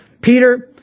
Peter